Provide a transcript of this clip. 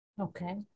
Okay